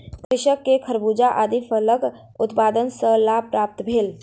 कृषक के खरबूजा आदि फलक उत्पादन सॅ लाभ प्राप्त भेल